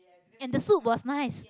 and the soup was nice